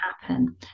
happen